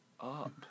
up